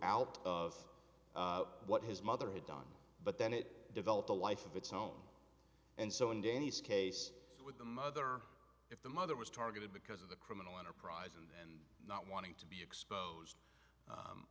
out of what his mother had done but then it developed a life of its own and so in danny's case with the mother if the mother was targeted because of the criminal enterprise and not wanting to be exposed